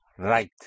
Right